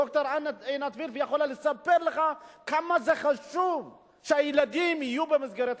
ד"ר עינת וילף יכולה לספר לך כמה זה חשוב שהילדים יהיו במסגרת חינוכית.